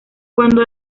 cuando